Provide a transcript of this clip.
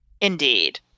Indeed